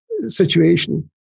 situation